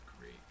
great